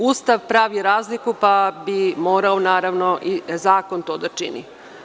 Ustav pravi razliku, pa bi morao i zakon to da čini.